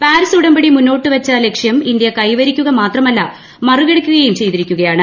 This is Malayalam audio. പാരീസ് ഉടമ്പടി മുന്നോട്ട് വെച്ച ലക്ഷ്യം ഇന്ത്യ കൈവരിക്കുക മാത്രമല്ല മറികടക്കുകയും ചെയ്തിരിക്കുകയാണ്